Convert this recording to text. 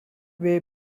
way